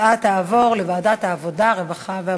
תעבורנה לוועדת העבודה, הרווחה והבריאות.